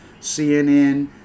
cnn